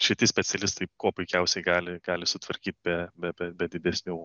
šiti specialistai kuo puikiausiai gali gali sutvarkyt be be be be didesnių